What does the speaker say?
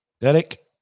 Derek